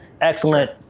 Excellent